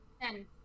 ten